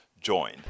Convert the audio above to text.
join